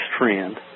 trend